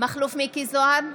מכלוף מיקי זוהר,